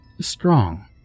strong